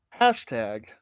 hashtag